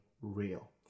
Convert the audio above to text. real